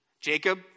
Jacob